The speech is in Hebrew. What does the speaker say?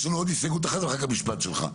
יש לנו עוד הסתייגות אחת ואחר כך משפט שלך.